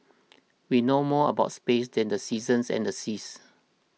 we know more about space than the seasons and the seas